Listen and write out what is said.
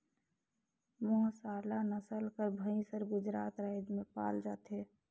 मेहसाला नसल कर भंइस हर गुजरात राएज में पाल जाथे